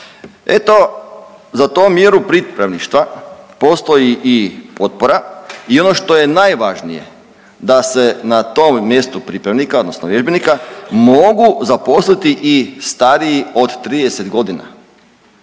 Eto za tu mjeru pripravništva postoji i potpora i ono što je najvažnije da se na tom mjestu pripravnika odnosno vježbenika mogu zaposliti i stariji od 30 godina.